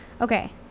Okay